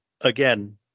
again